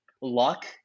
luck